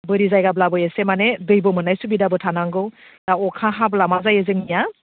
बोरि जायगाब्लाबो एसे माने दैबो मोननाय सुबिदाबो थानांगौ दा अखा हायोब्ला मा जायो जोंनिया